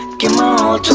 give my all to